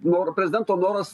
noru prezidento noras